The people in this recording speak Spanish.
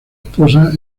esposa